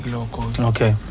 okay